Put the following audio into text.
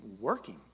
working